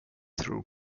tror